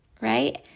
right